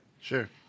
Sure